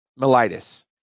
mellitus